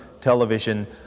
television